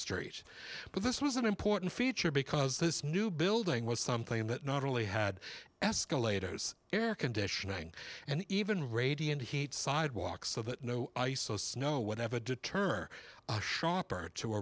street but this was an important feature because this new building was something that not only had escalators air conditioning and even radiant heat sidewalks of it no ice so snow whatever deter a shopper to